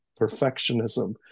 perfectionism